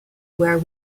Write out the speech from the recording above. were